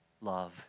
love